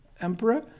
emperor